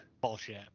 Bullshit